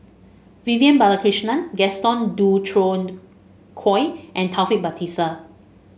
Vivian Balakrishnan Gaston Dutronquoy and Taufik Batisah